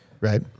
Right